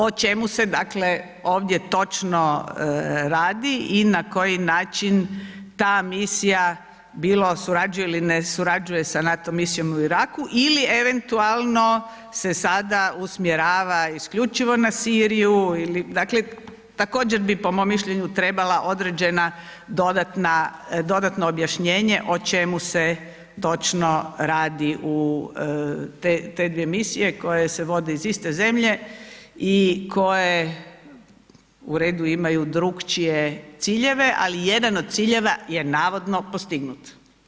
O čemu se dakle ovdje točno radi i na koji način ta misija, bilo surađuje ili ne surađuje sa NATO misijom u Iraku ili eventualno se sada usmjerava isključivo na Siriju ili, dakle, također bi, po mom mišljenju trebala određena dodatno objašnjenje o čemu se točno radi o te dve misije koje se vode iz iste zemlje i koje u redu imaju drukčije ciljeve, ali jedan od ciljeva je navodno postignut.